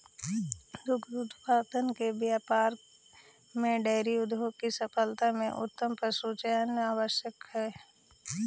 दुग्ध उत्पादन के व्यापार में डेयरी उद्योग की सफलता में उत्तम पशुचयन आवश्यक हई